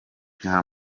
nta